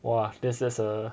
!wah! that that's a